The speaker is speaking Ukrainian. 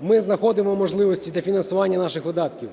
ми знаходимо можливості дофінансування наших видатків.